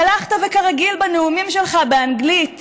והלכת, וכרגיל בנאומים שלך באנגלית